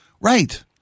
Right